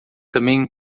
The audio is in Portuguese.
também